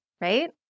right